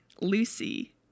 lucy